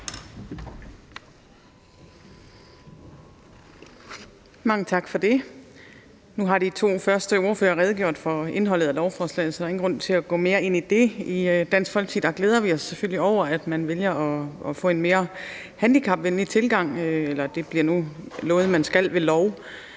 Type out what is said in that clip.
Mange tak for det. Nu har de to første ordførere redegjort for indholdet af lovforslaget, så der er ingen grund til at gå mere ind i det. I Dansk Folkeparti glæder vi os selvfølgelig over, at det nu vedtages ved lov, at man skal have en mere handicapvenlig tilgang, og vi glæder os også over, at man fastholder